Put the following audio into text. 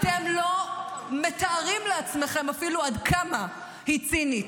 אתם לא מתארים לעצמכם אפילו עד כמה היא צינית.